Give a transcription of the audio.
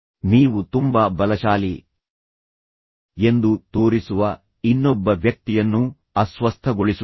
ನೀವು ತುಂಬಾ ಬಲಶಾಲಿ ಎಂದು ತೋರಿಸುವ ಇನ್ನೊಬ್ಬ ವ್ಯಕ್ತಿಯನ್ನು ಅಸ್ವಸ್ಥಗೊಳಿಸುತ್ತದೆ